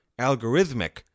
algorithmic